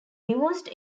divorced